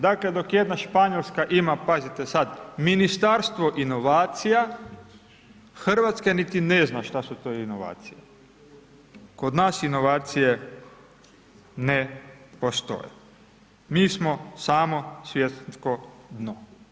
Dakle, dok jedna Španjolska ima, pazite sad, Ministarstvo inovacija, RH niti ne zna šta su to inovacije, kod nas inovacije ne postoje, mi smo samo svjetsko dno.